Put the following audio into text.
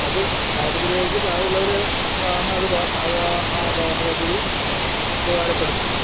അത് ദാരിദ്ര്യരേഖയ്ക്ക് താഴെയുള്ളവര് ആണ് അത് ആ ഭവന പദ്ധതി ഉപകാരപ്പെടുത്തുന്നത്